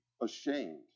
ashamed